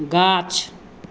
गाछ